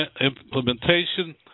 Implementation